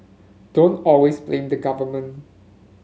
don't always blame the government